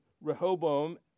Rehoboam